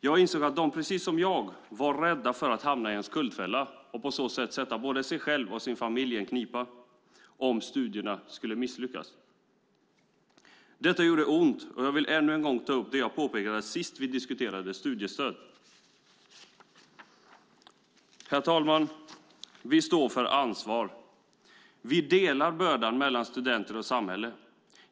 Jag förstod att de, precis som jag, var rädda för att hamna i en skuldfälla och sätta både sig själva och sina familjer i knipa om de misslyckades med studierna. Detta gjorde ont, och jag vill åter ta upp det jag påpekade sist vi diskuterade studiestöd. Herr talman! Socialdemokraterna står för ansvar. Vi delar börden mellan studenter och samhälle.